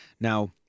Now